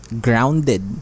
grounded